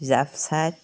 reserve side